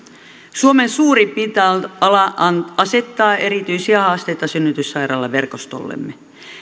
suomen suuri pinta ala asettaa erityisiä haasteita synnytyssairaalaverkostollemme